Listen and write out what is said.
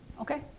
Okay